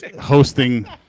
hosting